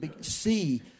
see